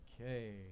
Okay